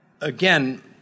again